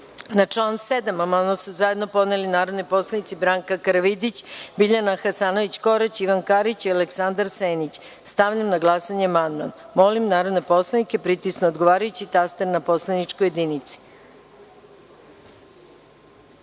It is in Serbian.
i član 5. amandman su zajedno podneli narodni poslanici Branka Karavidić, Biljana Hasanović – Korać, Ivan Karić i Aleksandar Senić. Stavljam na glasanje amandman. Molim narodne poslanike da pritisnu odgovarajući taster na poslaničkoj